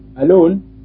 alone